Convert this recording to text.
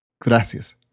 Gracias